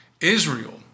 Israel